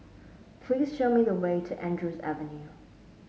please show me the way to Andrews Avenue